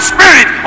Spirit